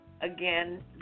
again